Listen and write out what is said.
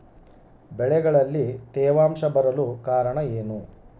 ಬೆಳೆಗಳಲ್ಲಿ ತೇವಾಂಶ ಬರಲು ಕಾರಣ ಏನು?